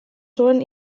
zuen